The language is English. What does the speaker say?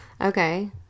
Okay